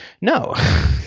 no